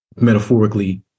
Metaphorically